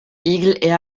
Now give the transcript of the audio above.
eagle